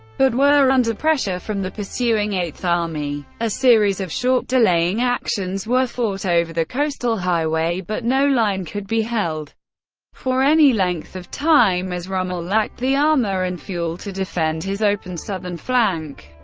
but were under pressure from the pursuing eighth army. a series of short delaying actions were fought over the coastal highway, but no line could be held for any length of time, as rommel lacked the armour and fuel to defend his open southern flank.